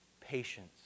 patience